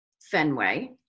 Fenway